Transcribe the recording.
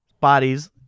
bodies